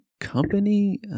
company